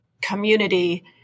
community